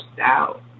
out